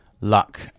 Luck